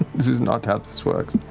this is not how this works.